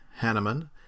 Hanneman